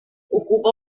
ocupa